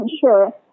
sure